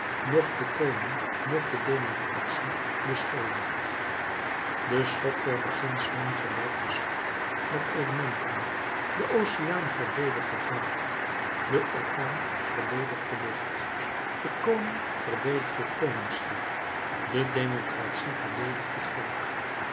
noch den koning noch de democratie beschuldigt de schok der beginselen gelijkt den schok der elementen de oceaan verdedigt het water de orkaan verdedigt de lucht de koning verdedigt het koningschap de democratie verdedigt het volk